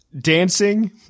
Dancing